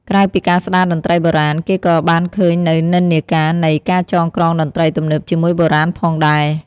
ក្រៅពីការស្តារតន្ត្រីបុរាណ គេក៏បានឃើញនូវនិន្នាការនៃ ការចងក្រងតន្ត្រីទំនើបជាមួយបុរាណ ផងដែរ។